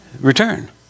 return